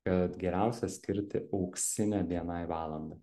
kad geriausia skirti auksinę bni valandą